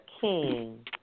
king